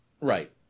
Right